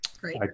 Great